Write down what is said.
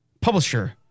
publisher